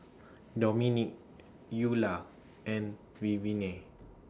Dominik Eulah and Vivienne